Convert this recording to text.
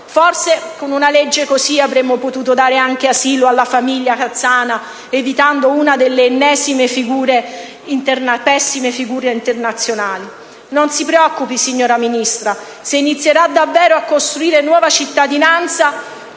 Forse con una legge così avremmo potuto dare asilo anche alla famiglia kazaka, evitando una delle ennesime pessime figure internazionali. Non si preoccupi, signora Ministra. Se inizierà davvero a costruire nuova cittadinanza,